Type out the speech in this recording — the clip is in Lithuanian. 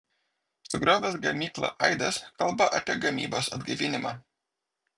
sugriovęs gamyklą aidas kalba apie gamybos atgaivinimą